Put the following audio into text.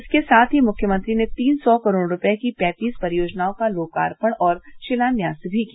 इसके साथ ही मुख्यमंत्री ने तीन सौ करोड़ रूपये की पैंतीस परियोजनाओं का लोकार्पण और शिलान्यास भी किया